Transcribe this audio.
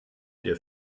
der